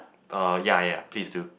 uh yeah yeah please do